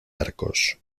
arcos